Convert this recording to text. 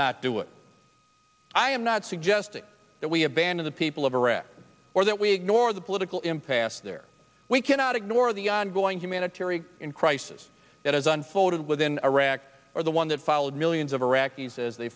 not do it i am not suggesting that we abandon the people of iraq or that we ignore the political impasse there we cannot ignore the ongoing humanitarian crisis that has unfolded within iraq the one that followed millions of iraqis as they